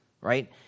right